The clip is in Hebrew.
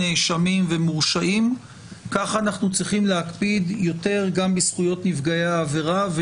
נאשמים ומורשעים כך אנחנו צריכים להקפיד יותר גם בזכויות נפגעי העבירה,